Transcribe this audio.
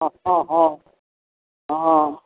हँ हँ हँ